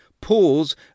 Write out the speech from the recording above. Pause